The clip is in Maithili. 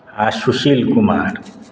आ सुशील कुमार